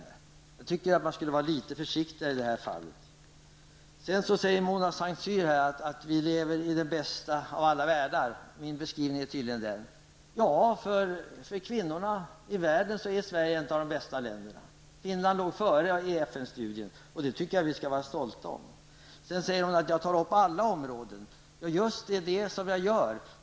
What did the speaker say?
På den punkten tycker jag att man borde vara litet försiktigare. Enligt Mona Saint Cyr är min beskrivning tydligen att vi lever i den bästa av världar. Ja, för kvinnorna i världen är Sverige ett av de bästa länderna -- Finland låg före i FN-studien -- och det tycker jag att vi skall vara stolta över. Mona Saint Cyr säger också att jag tar upp alla områden. Ja, det är just det jag gör.